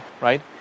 right